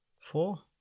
Four